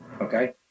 okay